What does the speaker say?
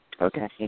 okay